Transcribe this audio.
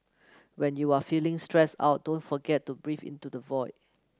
when you are feeling stressed out don't forget to breathe into the void